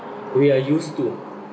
we are used to